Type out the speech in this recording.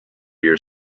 your